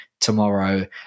tomorrow